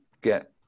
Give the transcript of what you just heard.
get